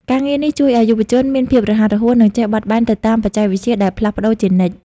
ការងារនេះជួយឱ្យយុវជនមានភាពរហ័សរហួន និងចេះបត់បែនទៅតាមបច្ចេកវិទ្យាដែលផ្លាស់ប្តូរជានិច្ច។